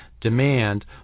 demand